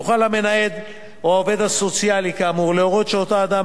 יוכל המנהל או העובד הסוציאלי כאמור להורות שאותו אדם